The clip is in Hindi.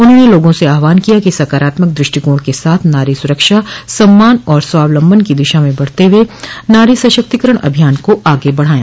उन्होंने लोगों से आहवान किया कि सकारात्मक दृष्टिकोण के साथ नारी सुरक्षा सम्मान और स्वावलंबन की दिशा में बढ़ते हुए नारी शक्तिकरण अभियान को आगे बढ़ायें